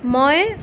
মই